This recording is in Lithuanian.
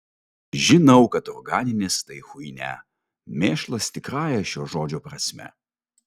žinau kad organinės tai chuinia mėšlas tikrąja šio žodžio prasme